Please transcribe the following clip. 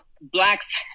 blacks